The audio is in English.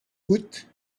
woot